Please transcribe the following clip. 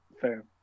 fair